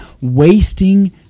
wasting